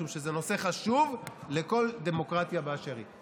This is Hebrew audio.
משום שזה נושא חשוב לכל דמוקרטיה באשר היא,